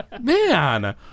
Man